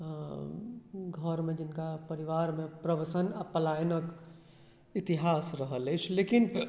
घरमे जिनका परिवारमे प्रवसन आओर पलायनक इतिहास रहल अछि लेकिन